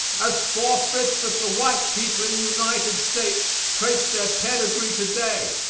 as four-fifths of the white people in the united states trace their pedigree to-day.